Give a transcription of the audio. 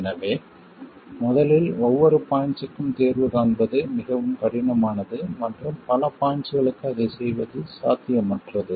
எனவே முதலில் ஒவ்வொரு பாய்ண்ட்ஸ்க்கும் தீர்வு காண்பது மிகவும் கடினமானது மற்றும் பல பாய்ண்ட்ஸ்களுக்கு அதைச் செய்வது சாத்தியமற்றது